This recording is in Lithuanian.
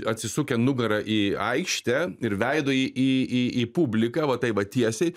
atsisukę nugara į aikštę ir veidu į į į į publiką va taip va tiesiai